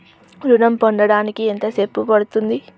ఋణం పొందడానికి ఎంత సేపు పడ్తుంది?